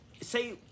say